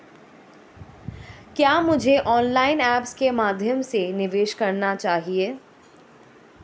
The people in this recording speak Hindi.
क्या मुझे ऑनलाइन ऐप्स के माध्यम से निवेश करना चाहिए?